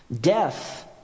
Death